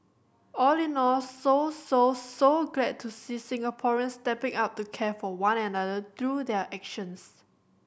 all in all so so so glad to see Singaporeans stepping up to care for one and another through their actions